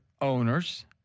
owners